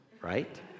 right